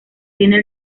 tiene